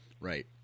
right